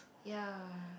yea